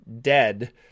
dead